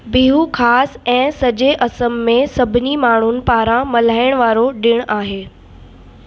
बिहु ख़ासि ऐं सॼे असम में सभिनी माण्हुनि पारां मल्हाइण वारो ॾिणु आहे